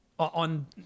On